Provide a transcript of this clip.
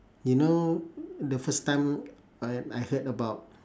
you know the first time I I heard about